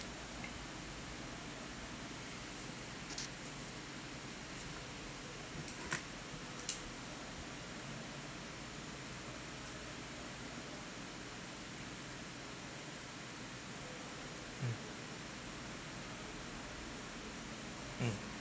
mm mm